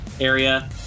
area